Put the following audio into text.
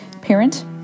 parent